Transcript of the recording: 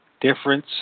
difference